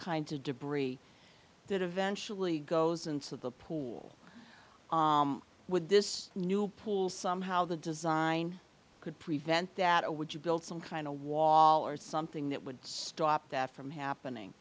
kinds of debris that eventually goes into the pool with this new pool somehow the design could prevent that would you build some kind of a wall or something that would stop that from happening